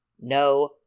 no